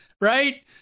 right